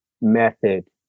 method